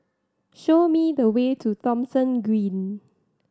show me the way to Thomson Green